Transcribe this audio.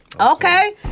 Okay